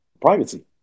privacy